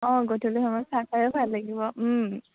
অঁ গধূলি সময়ত চাহ খায়ো ভাল লাগিব